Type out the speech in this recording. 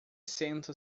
senta